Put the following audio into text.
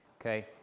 Okay